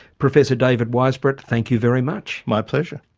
professor david weisbrot, thank you very much. my pleasure.